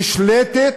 נשלטת